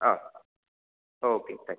ആ okay thank you